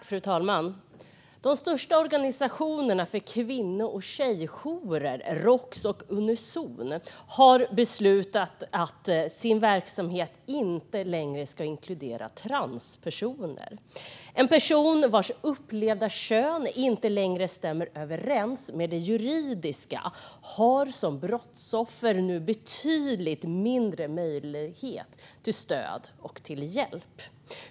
Fru talman! De största organisationerna för kvinno och tjejjourer, Roks och Unizon, har beslutat att deras verksamhet inte längre ska inkludera transpersoner. En person vars upplevda kön inte längre stämmer överens med det juridiska har som brottsoffer nu betydligt mindre möjlighet till stöd och hjälp.